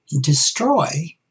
destroy